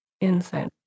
Insane